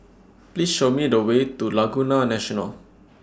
Please Show Me The Way to Laguna National